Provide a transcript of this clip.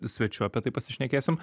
svečiu apie tai pasišnekėsim